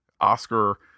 Oscar